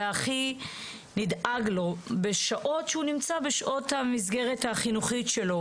ונדאג לו בשעות שהוא נמצא במסגרת החינוכית שלו